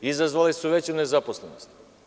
Izazvale su veću nezaposlenost.